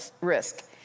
risk